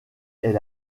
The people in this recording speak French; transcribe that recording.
est